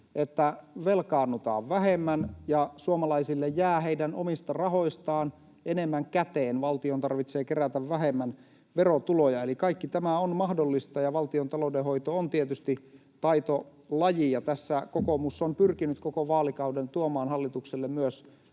että velkaannutaan vähemmän ja suomalaisille jää heidän omista rahoistaan enemmän käteen. Valtion tarvitsee kerätä vähemmän verotuloja. Eli kaikki tämä on mahdollista. Valtiontalouden hoito on tietysti taitolaji, ja tässä kokoomus on pyrkinyt koko vaalikauden tuomaan hallitukselle myös